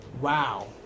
Wow